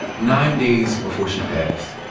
nine days before she passed,